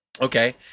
Okay